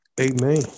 Amen